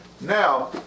Now